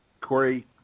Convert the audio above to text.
Corey